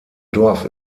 dorf